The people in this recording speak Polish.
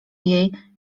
jej